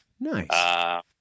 Nice